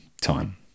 time